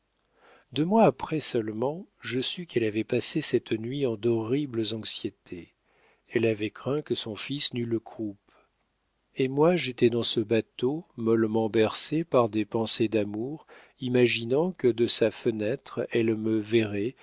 deux mois après seulement je sus qu'elle avait passé cette nuit en d'horribles anxiétés elle avait craint que son fils n'eût le croup et moi j'étais dans ce bateau mollement bercé par des pensées d'amour imaginant que de sa fenêtre elle me verrait